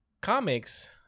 comics